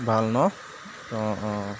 ভাল ন অঁ অঁ